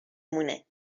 مونه